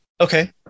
Okay